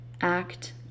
act